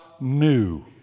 new